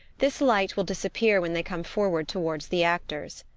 this light will disappear when they come forward towards the actors.